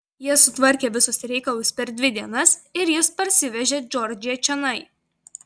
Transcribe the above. jie sutvarkė visus reikalus per dvi dienas ir jis parsivežė džordžiją čionai